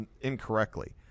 incorrectly